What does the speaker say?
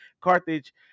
Carthage